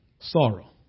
sorrow